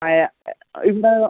അതെയാ ആ ഉണ്ടാകുക